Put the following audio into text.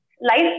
life